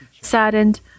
saddened